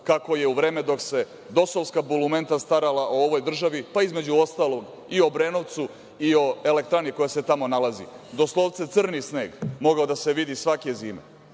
kako je u vreme dok se DOS-ovska bolumenta starala o ovoj državi, pa između ostalog i Obrenovcu i o elektrani koja se tamo nalazi, doslovce crni sneg je mogao da se vidi svake zime.